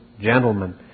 gentlemen